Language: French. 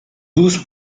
douze